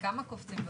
בכמה קופצים בפעימה?